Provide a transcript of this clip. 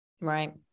Right